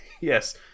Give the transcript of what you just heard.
Yes